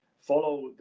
follow